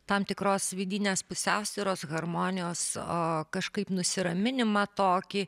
tam tikros vidinės pusiausvyros harmonijos o kažkaip nusiraminimą tokį